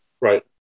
right